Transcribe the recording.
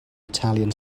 italian